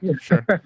sure